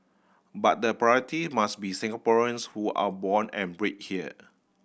but the priority must be Singaporeans who are born and bred here